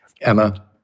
Emma